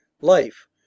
Life